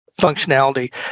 functionality